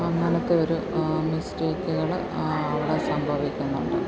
അങ്ങനത്തെയൊരു മിസ്റ്റേക്കുകള് അവിടെ സംഭവിക്കുന്നുണ്ട്